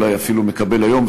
אולי אפילו מקבל היום,